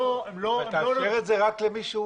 אתה מאפשר את זה רק למי שהוא